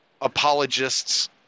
apologists